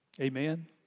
Amen